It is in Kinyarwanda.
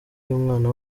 y’umwana